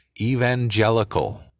evangelical